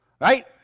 Right